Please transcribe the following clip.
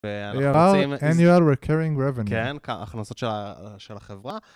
annual recurring revenue, כן, ההכנסות של החברה...